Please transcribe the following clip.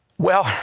well,